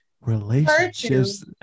Relationships